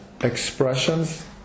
Expressions